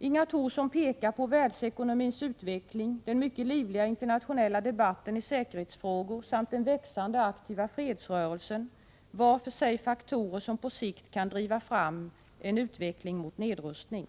Inga Thorsson pekar på världsekonomins utveckling, den mycket livliga internationella debatten i säkerhetsfrågor samt den växande aktiva fredsrörelsen, var för sig faktorer som på sikt kan driva fram en utveckling mot nedrustning.